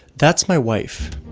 that's my wife.